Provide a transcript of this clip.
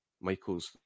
Michael's